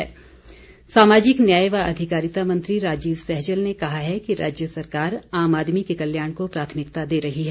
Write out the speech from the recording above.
सहजल सामाजिक न्याय व अधिकारिता मंत्री राजीव सहजल ने कहा है कि राज्य सरकार आम आदमी के कल्याण को प्राथमिकता दे रही है